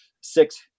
six